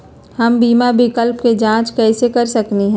हम बीमा विकल्प के जाँच कैसे कर सकली ह?